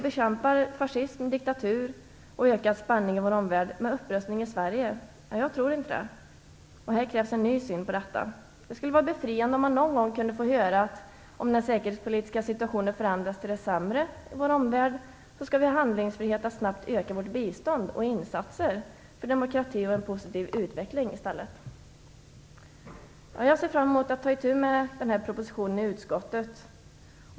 Bekämpar vi fascism, diktatur och ökad spänning i vår omvärld med upprustning i Sverige? Jag tror inte det. Här krävs en ny syn på detta. Det skulle vara befriande om man någon gång i stället kunde få höra: Om den säkerhetspolitiska situationen förändras till det sämre i vår omvärld, skall vi ha handlingsfrihet att snabbt öka vårt bistånd och våra insatser för demokrati och en positiv utveckling. Jag ser fram emot att ta itu med den här propositionen i utskottet.